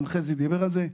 גם חזי דיבר על זה,